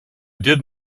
did